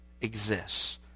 exists